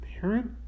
parent